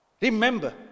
Remember